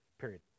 period